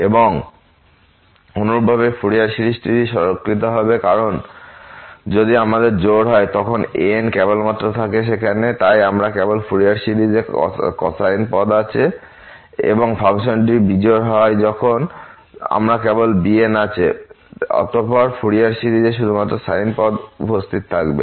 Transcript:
এবং অনুরূপভাবে ফুরিয়ার সিরিজটি সরলীকৃত হবে কারণ যদি আমাদের জোড় হয় তখন ans কেবল মাত্র থাকে সেখানে তাই আমরা কেবল ফুরিয়ার সিরিজ এ কোসাইন্ পদ আছে এবং ফাংশন একটি বিজোড় ফাংশন যখন আমরা কেবল bns আছে এবং অত পর ফুরিয়ার সিরিজ এ শুধুমাত্র সাইন পদ উপস্থিত থাকবে